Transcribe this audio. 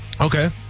Okay